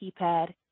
keypad